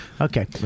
Okay